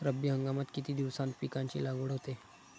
रब्बी हंगामात किती दिवसांत पिकांची लागवड होते?